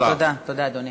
תודה, אדוני.